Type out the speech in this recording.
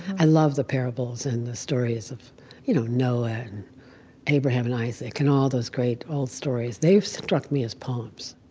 i love the parables and the stores of you know noah, and abraham, and isaac, and all those great old stories. they've struck me as poems.